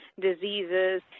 diseases